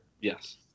Yes